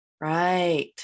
right